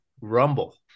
rumble